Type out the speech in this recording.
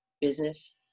business